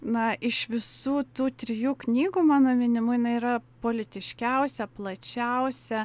na iš visų tų trijų knygų mano minimų jinai yra politiškiausia plačiausia